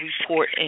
report